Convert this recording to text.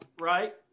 right